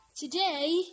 Today